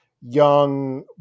young